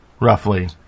roughly